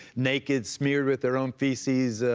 naked, smeared with their own feces,